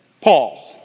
Paul